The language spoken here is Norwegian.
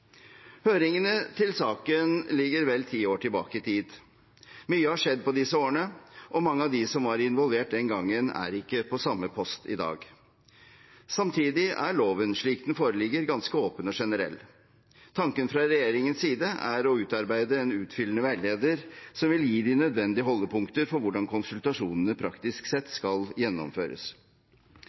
Høringene til saken ligger vel ti år tilbake i tid. Mye har skjedd på disse årene, og mange av dem som var involvert den gangen, er ikke på samme post i dag. Samtidig er loven, slik den foreligger, ganske åpen og generell. Tanken fra regjeringens side er å utarbeide en utfyllende veileder, som vil gi de nødvendige holdepunkter for hvordan konsultasjonene praktisk sett skal gjennomføres.